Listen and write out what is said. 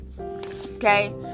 Okay